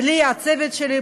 בלי הצוות שלי,